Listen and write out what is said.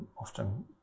often